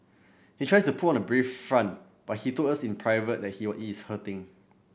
he tries to put on a brave front but he told us in private that he he is hurting